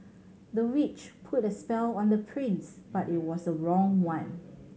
the witch put a spell on the prince but it was the wrong one